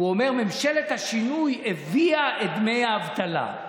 והוא אומר: ממשלת השינוי הביאה את דמי האבטלה.